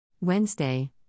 Wednesday